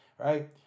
Right